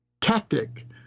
tactic